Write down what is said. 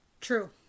True